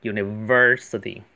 University